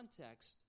context